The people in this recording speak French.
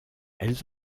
elles